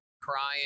crying